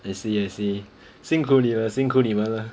I see I see 辛苦你了辛苦你们了